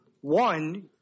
One